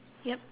yup